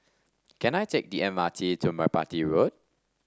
can I take the M R T to Merpati Road